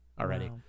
already